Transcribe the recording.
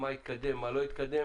מה התקדם ומה לא התקדם,